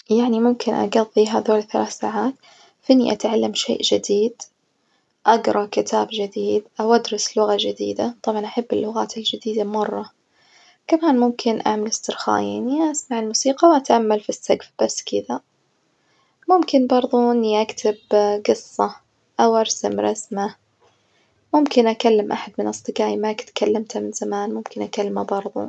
يعني ممك أقظي هذول الثلاث ساعات في إني أتعلم شي جديد أجرأ كتاب جديد أو أدرس لغة جديدة طبعًا أحب اللغات الجديدة مرة، كمان ممكن أعمل إسترخاء يعني أسمع الموسيقى وأتأمل في السجف بس كدة، ممكن برظه إني أكت جصة أو أرسم رسمة، ممكن أكلم أحد من أصدجائي ما كنت كلمته من زمان ممكن أكلمه برظه.